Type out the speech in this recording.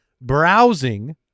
browsing